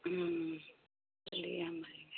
चलिए हम आएंगे